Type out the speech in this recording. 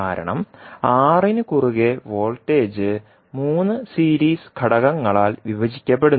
കാരണം R ന് കുറുകെ വോൾട്ടേജ് 3 സീരീസ് ഘടകങ്ങളാൽ വിഭജിക്കപ്പെടുന്നു